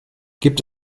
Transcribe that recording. gibt